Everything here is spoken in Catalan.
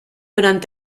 durant